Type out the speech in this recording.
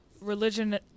religion